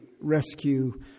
rescue